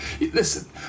listen